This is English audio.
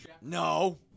No